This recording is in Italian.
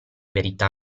verità